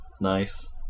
nice